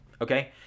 okay